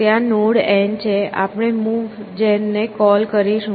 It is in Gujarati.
ત્યાં નોડ N છે આપણે મૂવ જેન ને કોલ કરીશું